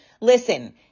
listen